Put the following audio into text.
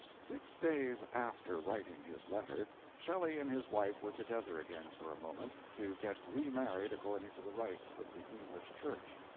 six days after writing his letter shelley and his wife were together again for a moment to get remarried according to the rites of the english church.